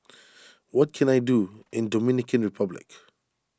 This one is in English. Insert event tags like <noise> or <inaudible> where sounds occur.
<noise> what can I do in Dominican Republic